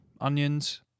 onions